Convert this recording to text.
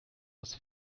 las